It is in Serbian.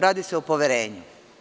Radi se o poverenju.